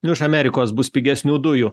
iš amerikos bus pigesnių dujų